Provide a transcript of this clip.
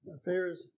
Affairs